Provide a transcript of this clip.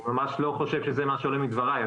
אני ממש לא חושב שזה מה שעולה מדבריי.